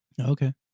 okay